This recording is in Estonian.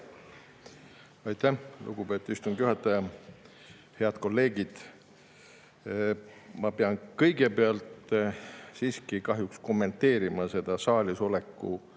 Aitäh, lugupeetud istungi juhataja! Head kolleegid! Ma pean kõigepealt siiski kahjuks kommenteerima seda saalisoleku